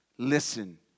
Listen